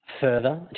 further